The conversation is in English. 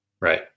Right